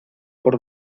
por